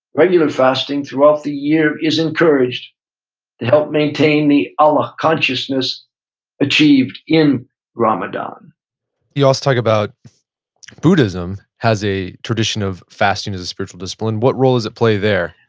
regular fasting throughout the year is encouraged to help maintain the allah consciousness achieved in ramadan you also talk about buddhism has a tradition of fasting as a spiritual discipline. what role does it play there?